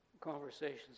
conversations